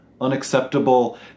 unacceptable